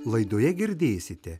laidoje girdėsite